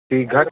जी घर